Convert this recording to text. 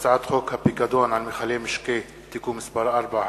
הצעת חוק הפיקדון על מכלי משקה (תיקון מס' 4),